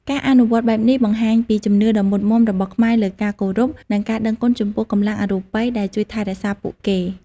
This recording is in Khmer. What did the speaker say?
ការអនុវត្តបែបនេះបង្ហាញពីជំនឿដ៏មុតមាំរបស់ខ្មែរលើការគោរព និងការដឹងគុណចំពោះកម្លាំងអរូបិយដែលជួយថែរក្សាពួកគេ។